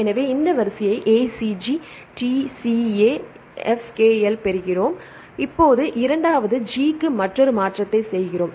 எனவே இந்த வரிசையை ACG C TA F K L பெறுகிறோம் இப்போது இரண்டாவது G க்கு மற்றொரு மாற்றத்தை செய்கிறோம்